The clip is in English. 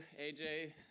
AJ